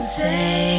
say